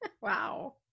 Wow